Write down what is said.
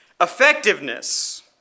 effectiveness